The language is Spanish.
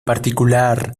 particular